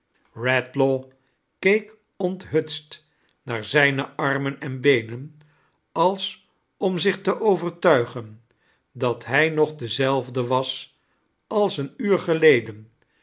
kedlaw keek onthutst naar zijne armen en beenen als om zich te overtuigen dat hij nog dezeilfde was als een uur geleden